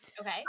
Okay